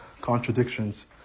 contradictions